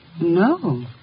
No